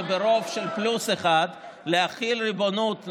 וברוב של פלוס אחד להחיל ריבונות,